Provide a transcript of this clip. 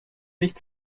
nicht